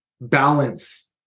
balance